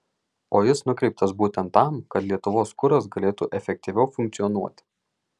o jis nukreiptas būtent tam kad lietuvos kuras galėtų efektyviau funkcionuoti